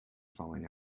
falling